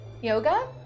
Yoga